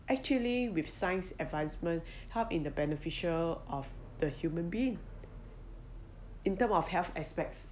actually with science advancements help in the beneficial of the human being in terms of health aspects